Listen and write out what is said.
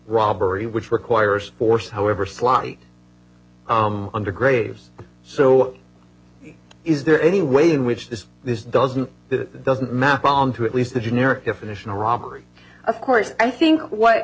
robbery which requires force however slight under graves so is there any way in which this this doesn't that doesn't map on to at least the generic definition robbery of course i think what